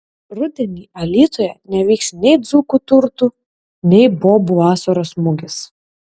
rudenį alytuje nevyks nei dzūkų turtų nei bobų vasaros mugės